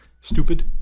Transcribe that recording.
stupid